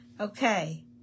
Okay